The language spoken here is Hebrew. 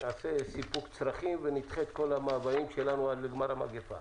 ונעשה סיפוק צרכים ונדחה את כל המאוויים שלנו עד לגמר המגפה